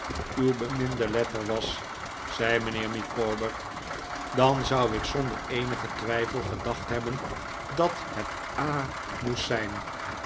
uw beminde letter was zei mijnhe'er micawber dan zou ik zonder eenigen twijfel gedacht hebben dat het a moest zijn